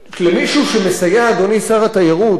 על מישהו שמסייע, אדוני שר התיירות,